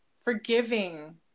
Forgiving